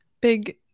big